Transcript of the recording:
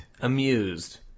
amused